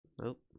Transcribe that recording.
Nope